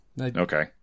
Okay